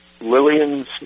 Lillian's